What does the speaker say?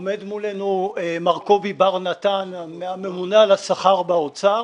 עומד מולנו מר קובי בר-נתן, הממונה על השכר באוצר,